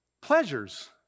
Pleasures